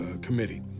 committee